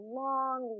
long